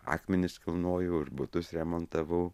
akmenis kilnojau ir butus remontavau